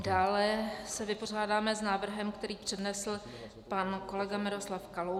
Dále se vypořádáme s návrhem, který přednesl pan kolega Miroslav Kalousek.